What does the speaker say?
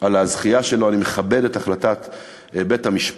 על הזיכוי שלו, אני מכבד את החלטת בית-המשפט,